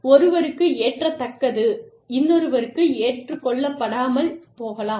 ஒருவருக்கு ஏற்கத்தக்கது இன்னொருவருக்கு ஏற்றுக்கொள்ளப்படாமல் போகலாம்